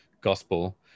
gospel